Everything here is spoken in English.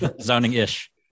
Zoning-ish